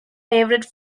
favorite